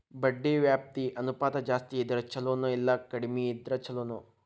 ಬಡ್ಡಿ ವ್ಯಾಪ್ತಿ ಅನುಪಾತ ಜಾಸ್ತಿ ಇದ್ರ ಛಲೊನೊ, ಇಲ್ಲಾ ಕಡ್ಮಿ ಇದ್ರ ಛಲೊನೊ?